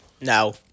No